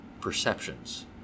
perceptions